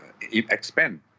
expand